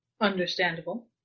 Understandable